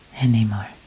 anymore